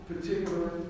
particular